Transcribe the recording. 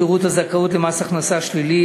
פירוט הזכאות למס הכנסה שלילי),